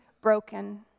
broken